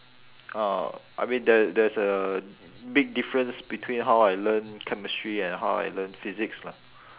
uh I mean there's there's a big difference between how I learn chemistry and how I learn physics lah